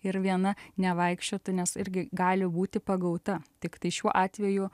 ir viena nevaikščiotų nes irgi gali būti pagauta tiktai šiuo atveju